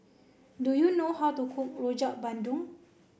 do you know how to cook Rojak Bandung